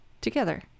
together